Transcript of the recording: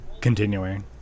continuing